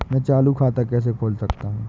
मैं चालू खाता कैसे खोल सकता हूँ?